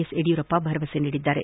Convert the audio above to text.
S Yediyurappa ಭರವಸೆ ನೀಡಿದ್ದಾರೆ